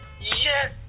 yes